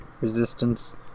Resistance